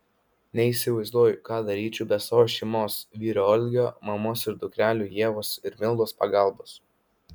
neįsivaizduoju ką daryčiau be savo šeimos vyro algio mamos ir dukrelių ievos ir mildos pagalbos